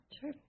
Sure